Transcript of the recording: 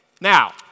now